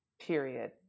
period